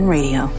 Radio